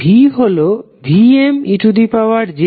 V হলো Vmej∅Vm∠∅